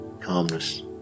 Calmness